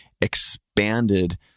expanded